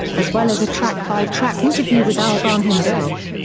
as well as a track-by-track interview with albarn himself.